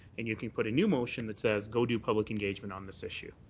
and you can put a new motion that says go do public engagement on this issue.